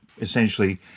essentially